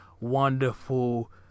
wonderful